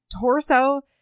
torso